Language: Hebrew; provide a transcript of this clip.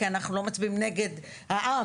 כי אנחנו לא מצביעים נגד העם.